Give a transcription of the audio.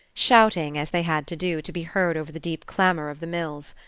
shouting, as they had to do, to be heard over the deep clamor of the mills.